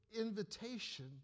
Invitation